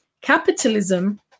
capitalism